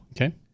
Okay